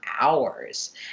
hours